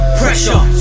pressure